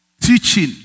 teaching